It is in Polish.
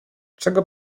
czego